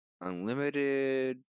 unlimited